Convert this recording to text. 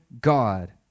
God